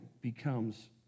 becomes